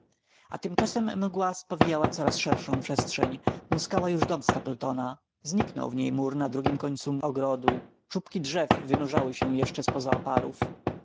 a tymczasem mgła spowijała coraz szerszą przestrzeń muskała już dom stapletona zniknął w niej mur na drugim końcu ogrodu czubki drzew wynurzały się jeszcze z po za oparów